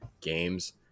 games